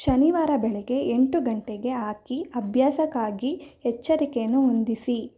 ಶನಿವಾರ ಬೆಳಗ್ಗೆ ಎಂಟು ಗಂಟೆಗೆ ಹಾಕಿ ಅಭ್ಯಾಸಕ್ಕಾಗಿ ಎಚ್ಚರಿಕೆಯನ್ನು ಹೊಂದಿಸಿ